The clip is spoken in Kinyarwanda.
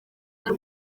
hari